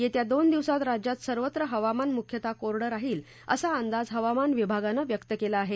येत्या दोन दिवसात राज्यात सर्वत्र हवामान मुख्यतः कोरड राहील असा अंदाज हवामान विभागानं व्यक्त केला आहे